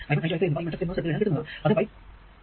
i1 i2 i3 എന്നിവ ഈ matrix inverse എടുത്താൽ കിട്ടുന്നതാണ്